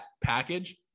package